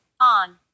On